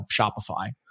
Shopify